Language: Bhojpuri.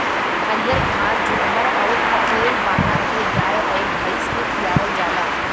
हरिअर घास जुठहर अउर पखेव बाना के गाय अउर भइस के खियावल जाला